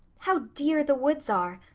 how dear the woods are!